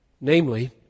Namely